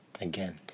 Again